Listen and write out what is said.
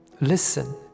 listen